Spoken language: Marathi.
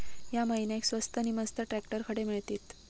या महिन्याक स्वस्त नी मस्त ट्रॅक्टर खडे मिळतीत?